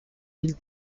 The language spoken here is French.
mille